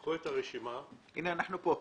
שתיקחו את הרשימה --- הנה, אנחנו פה.